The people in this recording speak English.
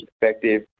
perspective